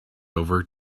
over